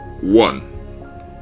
one